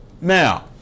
Now